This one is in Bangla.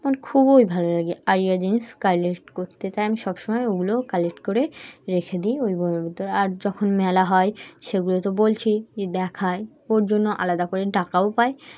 আমার খুবই ভালো লাগে আগেকার জিনিস কালেক্ট করতে তাই আমি সব সমময় ওগুলো কালেক্ট করে রেখে দিই ওই বইয়ের ভিতরে আর যখন মেলা হয় সেগুলো তো বলছি যে দেখায় ওর জন্য আলাদা করে টাকাও পাই